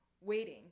waiting